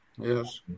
Yes